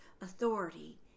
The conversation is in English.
authority